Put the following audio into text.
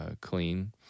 clean